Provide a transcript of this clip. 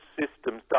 systems